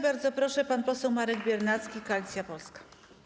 Bardzo proszę, pan poseł Marek Biernacki, Koalicja Polska.